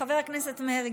חבר הכנסת מרגי,